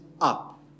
up